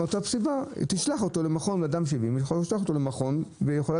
מאותה סיבה היא תשלח אדם בן 70 למכון והיא יכולה